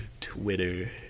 Twitter